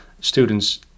students